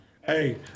Hey